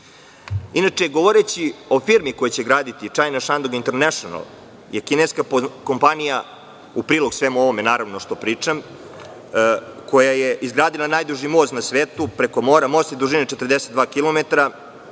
govoreći o firmi koja će graditi, China Shandong International je kineska kompanija, u prilog svemu ovome što pričam, koja je izgradila najduži most na svetu preko mora. Most je dužine 42 kilometara,